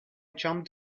jumped